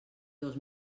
dos